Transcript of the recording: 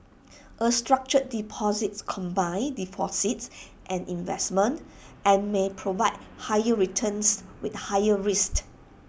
A structured deposits combines deposits and investments and may provide higher returns with higher risks